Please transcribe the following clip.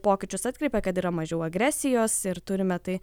pokyčius atkreipė kad yra mažiau agresijos ir turime tai